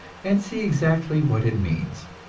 and see exactly what it means.